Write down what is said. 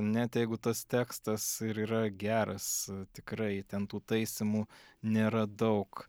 net jeigu tas tekstas ir yra geras tikrai ten tų taisymų nėra daug